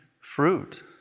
fruit